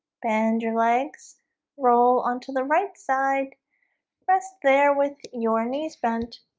bend your legs roll onto the right side rest there with your knees bent